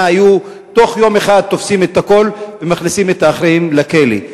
היו בתוך יום אחד תופסים את הכול ומכניסים את האחראים לכלא.